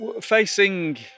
facing